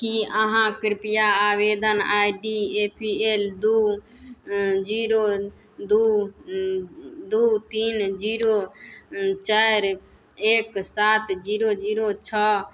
कि अहाँ कृपया आवेदन I D A P L दू जीरो दू दू तीन जीरो चारि एक सात जीरो जीरो छओ